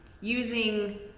using